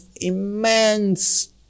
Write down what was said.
immense